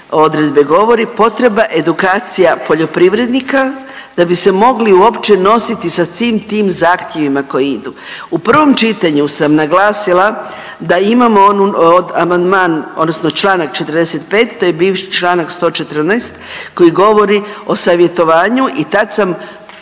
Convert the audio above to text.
odredbe govori potreba edukacija poljoprivrednika da bi se mogli uopće nositi sa svim tim zahtjevima koji idu. U prvom čitanju sam naglasila da imamo amandman, odnosno članak 45. to je bivši članak 114. koji govori o savjetovanju i tad sam